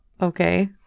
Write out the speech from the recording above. okay